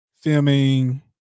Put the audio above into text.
filming